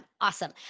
Awesome